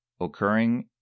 occurring